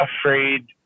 afraid